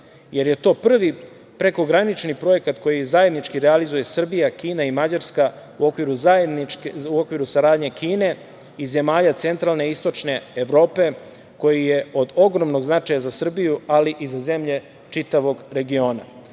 jer je to prvi prekogranični projekat koji zajednički realizuje Srbija, Kina i Mađarska, u okviru saradnje Kine i zemalja centralne Istočne Evrope, koji je od ogromnog značaja za Srbiju, ali i za zemlje čitavog regiona. Pored